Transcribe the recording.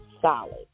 solid